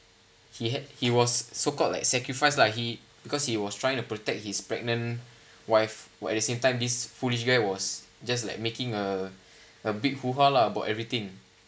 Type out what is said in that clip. he had he was so called like sacrifice lah he because he was trying to protect his pregnant wife while at the same time this foolish guy was just like making a a big hoo-ha lah about everything